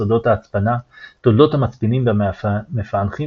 סודות ההצפנה תולדות המצפינים והמפענחים